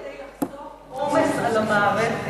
זה כדי לחסוך עומס על המערכת,